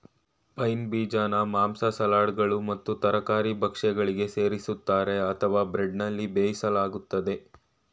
pine ಬೀಜನ ಮಾಂಸ ಸಲಾಡ್ಗಳು ಮತ್ತು ತರಕಾರಿ ಭಕ್ಷ್ಯಗಳಿಗೆ ಸೇರಿಸ್ತರೆ ಅಥವಾ ಬ್ರೆಡ್ನಲ್ಲಿ ಬೇಯಿಸಲಾಗ್ತದೆ